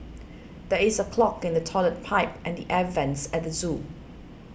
there is a clog in the Toilet Pipe and the Air Vents at the zoo